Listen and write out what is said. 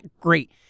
great